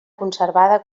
conservada